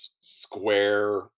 square